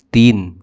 तीन